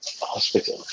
hospital